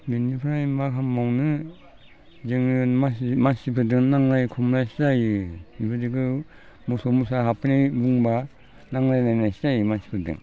बेनिफ्राय मा खालामबावनो जोङो मानसिफोरजों नांलाय खमलायसो जायो बेबायदिखौ मोसौ मोसा हाबफैनाय बुंबा नांलायलायनायसो जायो मानसिफोरजों